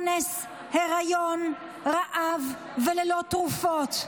באונס, בהיריון, ברעב וללא תרופות.